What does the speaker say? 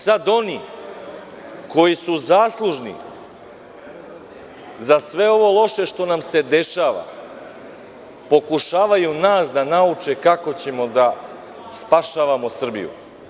Sada oni koji su zaslužni za sve ovo loše što nam se dešava, pokušavaju nas da nauče kako ćemo da spašavamo Srbiju.